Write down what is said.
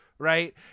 right